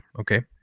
Okay